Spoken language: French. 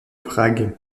prague